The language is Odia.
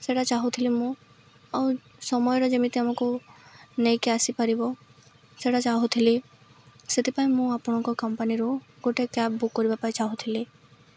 ସେଟା ଚାହୁଁଥିଲି ମୁଁ ଆଉ ସମୟରେ ଯେମିତି ଆମକୁ ନେଇକି ଆସିପାରିବ ସେଟା ଚାହୁଁଥିଲି ସେଥିପାଇଁ ମୁଁ ଆପଣଙ୍କ କମ୍ପାନୀରୁ ଗୋଟେ କ୍ୟାବ୍ ବୁକ୍ କରିବା ପାଇଁ ଚାହୁଁଥିଲି